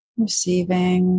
Receiving